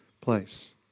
place